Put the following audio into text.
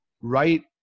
right